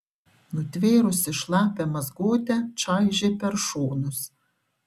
nutvėrusi šlapią mazgotę čaižė per šonus